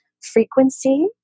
frequency